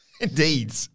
Indeed